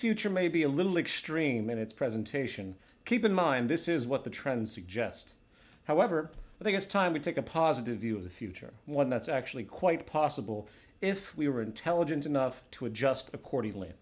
future may be a little extreme in its presentation keep in mind this is what the trends suggest however i think it's time to take a positive view of the future when that's actually quite possible if we are intelligent enough to adjust accordingly